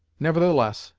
nevertheless,